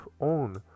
own